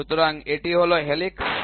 সুতরাং এটি হল হেলিক্স